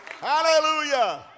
Hallelujah